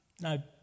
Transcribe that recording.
Now